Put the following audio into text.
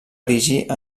erigir